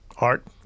art